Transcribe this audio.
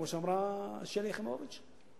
כמו שאמרה שלי יחימוביץ,